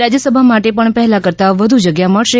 રાજ્યસભા માટે પણ પહેલા કરતાં વધુ જગ્યા મળશે